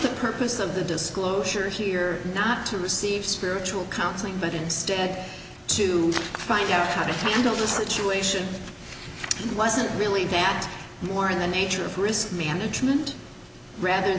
the purpose of the disclosure here not to receive spiritual counseling but instead to find out how to handle the situation wasn't really packed more in the nature of risk management rather